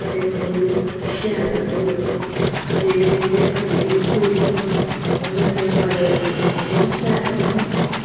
फिर उ'नेंगी ओह् शैल बनाई ओड़दे ते जेह्ड़े जिंदे अग्गें गै गोरियां होन ओह् जंदियां पार्लर बिच्च उ'नेंगी बी शैल उ'नेंगी